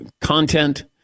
content